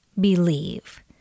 believe